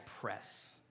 press